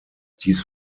dies